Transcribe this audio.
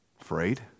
afraid